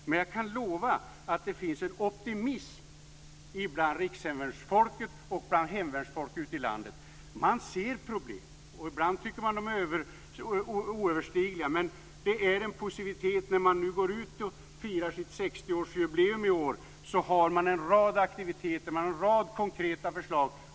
Men jag kan lova att det finns en optimism bland rikshemvärnsfolket och bland hemvärnsfolk ute i landet. Man ser problem, och ibland tycker man att de är oöverstigliga, men det är en positivitet. När man i år firar sitt 60-årsjubileum har man en rad aktiviteter och en rad konkreta förslag.